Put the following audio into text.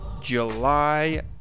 July